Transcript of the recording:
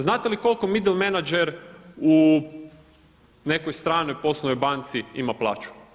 Znate li koliko srednji menadžer u nekoj stranoj poslovnoj banci ima plaću?